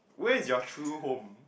where is your true home